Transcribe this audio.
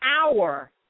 hour